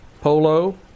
polo